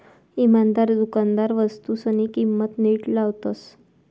इमानदार दुकानदार वस्तूसनी किंमत नीट लावतस